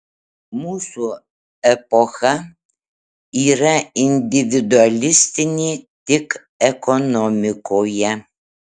mūsų epocha yra individualistinė tik ekonomikoje